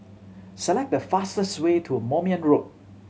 select the fastest way to Moulmein Road